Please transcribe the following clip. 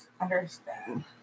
understand